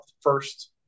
first